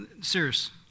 serious